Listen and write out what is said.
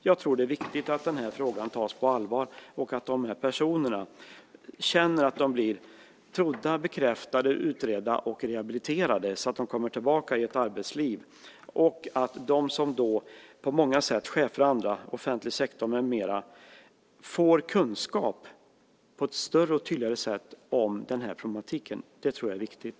Jag tror att det är viktigt att den här frågan tas på allvar och att de här personerna känner att de blir trodda, bekräftade, utredda och rehabiliterade så att de kommer tillbaka till arbetslivet, och att chefer och andra inom offentlig sektor och på andra ställen får kunskap på ett tydligare sätt om den här problematiken. Det tror jag är viktigt.